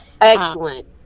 Excellent